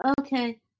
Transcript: Okay